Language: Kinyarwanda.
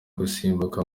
gusimbuka